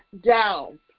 down